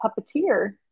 puppeteer